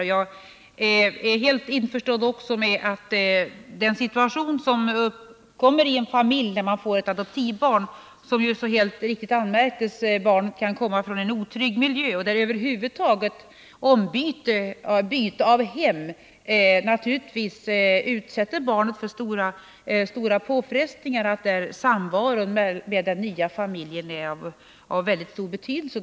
Och jag är helt införstådd med att den situation som uppkommer i en familj när den får ett adoptivbarn, som — vilket helt riktigt anmärktes — kan komma från en otrygg miljö och naturligtvis utsätts för stora påfrestningar genom bytet av hem, medför att samvaron med den nya familjen blir av mycket stor betydelse.